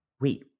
Wait